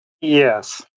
Yes